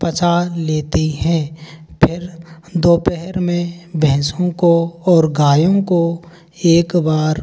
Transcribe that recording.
पचा लेती हैं फिर दोपहर में भैंसों को और गायों को एक बार